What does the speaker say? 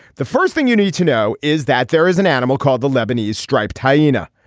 the first thing you need to know is that there is an animal called the lebanese striped hyena.